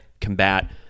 combat